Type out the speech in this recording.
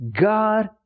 God